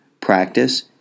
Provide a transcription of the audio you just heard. practice